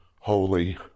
holy